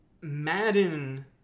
Madden